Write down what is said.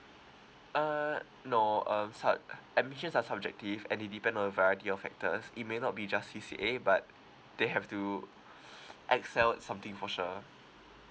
err no um sub~ uh admissions are subjective and it depend on a variety of factors it may not be just C_C_A but they have to excel at something for sure